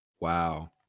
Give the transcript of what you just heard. Wow